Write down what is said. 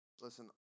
Listen